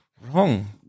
wrong